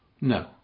no